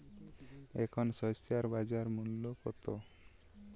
এখন শসার বাজার মূল্য কত?